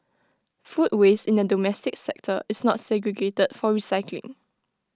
food waste in the domestic sector is not segregated for recycling